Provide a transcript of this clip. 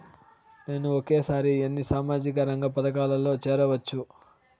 నేను ఒకేసారి ఎన్ని సామాజిక రంగ పథకాలలో సేరవచ్చు?